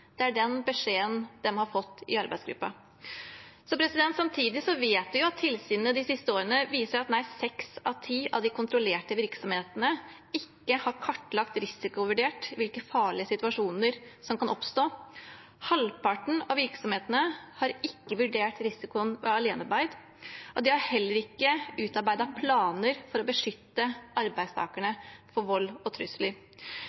Det er den beskjeden de har fått i arbeidsgruppen. Samtidig vet vi at tilsynet de siste årene viser at nær seks av ti av de kontrollerte virksomhetene ikke har kartlagt og risikovurdert hvilke farlige situasjoner som kan oppstå. Halvparten av virksomhetene har ikke vurdert risikoen ved alenearbeid, og de har heller ikke utarbeidet planer for å beskytte